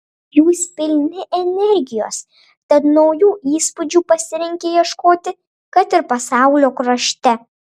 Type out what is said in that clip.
jūs pilni energijos tad naujų įspūdžių pasirengę ieškoti kad ir pasaulio krašte